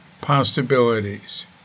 possibilities